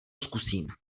zkusím